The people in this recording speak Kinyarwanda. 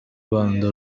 rwanda